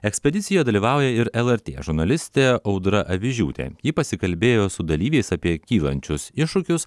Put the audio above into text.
ekspedicijoj dalyvauja ir lrt žurnalistė audra avižiūtė ji pasikalbėjo su dalyviais apie kylančius iššūkius